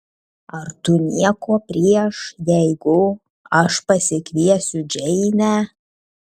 ar tu nieko prieš jeigu aš pasikviesiu džeinę